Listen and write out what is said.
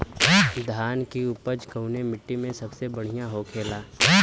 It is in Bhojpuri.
धान की उपज कवने मिट्टी में सबसे बढ़ियां होखेला?